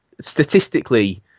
statistically